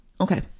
Okay